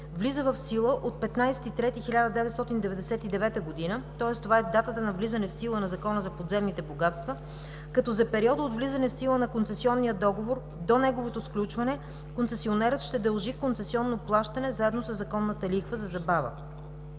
влиза в сила от 15 март 1999 г., тоест това е датата на влизане в сила на Закона за подземните богатства, като за периода от влизане в сила на концесионния договор до неговото сключване концесионерът ще дължи концесионно плащане, заедно със законната лихва за забава.